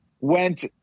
went